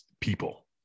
people